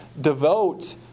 devote